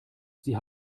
sie